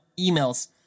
emails